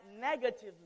negatively